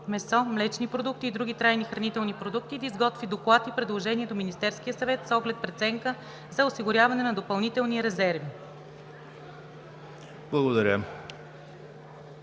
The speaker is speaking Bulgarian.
месо, млечни продукти и други трайни хранителни продукти и да изготви доклад и предложение до Министерския съвет с оглед преценка за осигуряване на допълнителни резерви.“